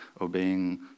obeying